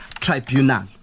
tribunal